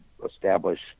establish